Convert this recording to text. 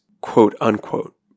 quote-unquote